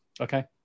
okay